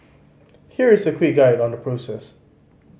here is a quick guide on the process